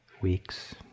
weeks